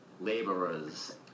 laborers